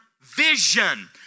vision